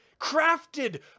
crafted